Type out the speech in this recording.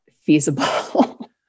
feasible